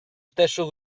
stesso